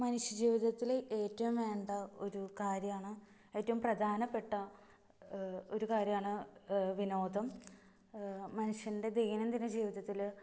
മനുഷ്യജീവിതത്തില് ഏറ്റവും വേണ്ട ഒരു കാര്യമാണ് ഏറ്റവും പ്രധാനപ്പെട്ട ഒരു കാര്യമാണ് വിനോദം മനുഷ്യൻ്റെ ദൈനംദിന ജീവിതത്തില്